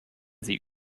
sie